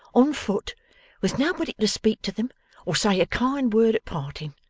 on foot with nobody to speak to them or say a kind word at parting,